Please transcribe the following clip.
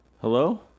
Hello